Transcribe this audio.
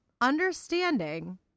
understanding